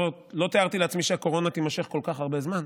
לא תיארתי לעצמי שהקורונה תימשך כל כך הרבה זמן,